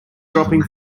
dropping